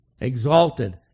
Exalted